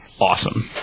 Awesome